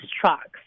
trucks